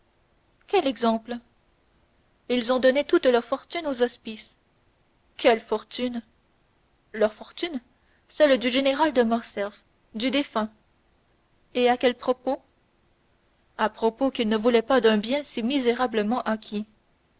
quel exemple ils ont donné toute leur fortune aux hospices quelle fortune leur fortune celle du général de morcerf du défunt et à quel propos à propos qu'ils ne voulaient pas d'un bien si misérablement acquis